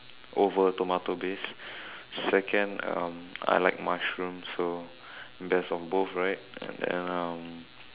over tomato based second um I like mushroom so best of both right and then um